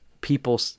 people